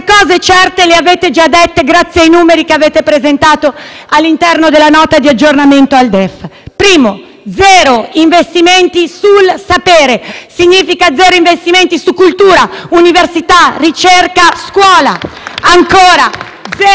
cose certe le avete già dette, grazie ai numeri che avete presentato all'interno della Nota di aggiornamento al DEF: in primo luogo, ci sono zero investimenti nel sapere, il che significa zero investimenti in cultura, università, ricerca e scuola; in secondo